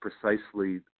precisely